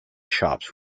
shops